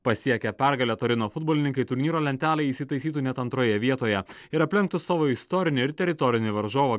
pasiekę pergalę turino futbolininkai turnyro lentelėj įsitaisytų net antroje vietoje ir aplenktų savo istorinį ir teritorinį varžovą